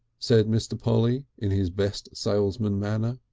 said mr. polly in his best salesman manner.